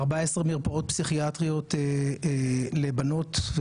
14 מרפאות פסיכיאטריות לבנות,